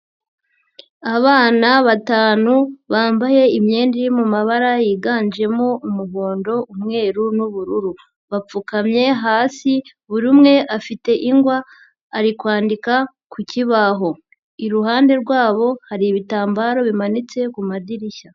Abana batanu bambaye imyenda iri mu mabara yiganjemo umuhondo, umweru n'ubururu, bapfukamye hasi buri umwe afite ingwa ari kwandika ku kibaho, iruhande rwabo hari ibitambaro bimanitse ku madirishya.